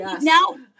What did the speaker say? now